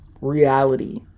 reality